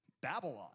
Babylon